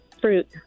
Fruit